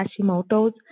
Hashimoto's